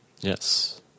Yes